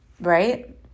Right